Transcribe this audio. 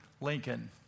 Lincoln